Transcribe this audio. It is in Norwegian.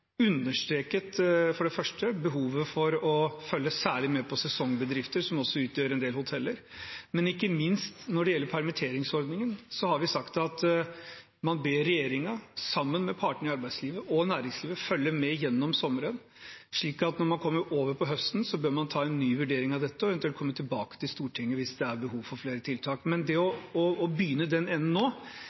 for det første understreket behovet for å følge særlig med på sesongbedrifter, som også utgjør en del hoteller. Ikke minst: Når det gjelder permitteringsordningen, har vi sagt at man ber regjeringen, sammen med partene i arbeidslivet og næringslivet, følge med gjennom sommeren, slik at når man kommer til høsten, bør man ta en ny vurdering av det og eventuelt komme tilbake til Stortinget hvis det er behov for flere tiltak. Men det å begynne i den enden nå